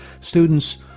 students